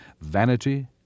vanity